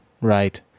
Right